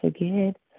forget